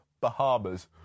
Bahamas